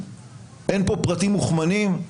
אין פה פרטים מוכמנים,